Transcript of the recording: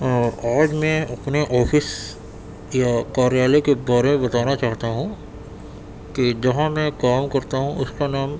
آج میں اپنے آفس یا کاریالے کے بارے میں بتانا چاہتا ہوں کہ جہاں میں کام کرتا ہوں اس کا نام